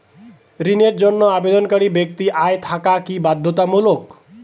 ঋণের জন্য আবেদনকারী ব্যক্তি আয় থাকা কি বাধ্যতামূলক?